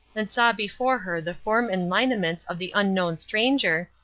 and saw before her the form and lineaments of the unknown stranger,